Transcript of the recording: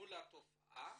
מול התופעה,